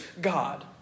God